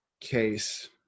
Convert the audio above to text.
case